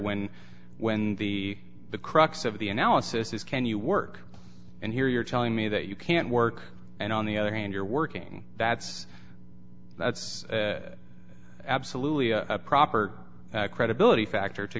when when the the crux of the analysis is can you work and here you're telling me that you can't work and on the other hand you're working that's that's absolutely a proper credibility factor to